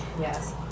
yes